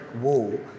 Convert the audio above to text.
wall